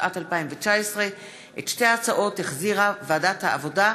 התשע"ט 2019. את ההצעות החזירה ועדת העבודה,